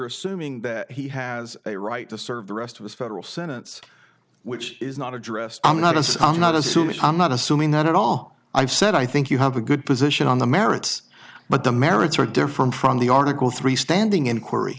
assuming that he has a right to serve the rest of his federal sentence which is not addressed i'm not a not assuming i'm not assuming that at all i've said i think you have a good position on the merits but the merits are different from the article three standing inquiry